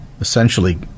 essentially